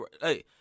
Hey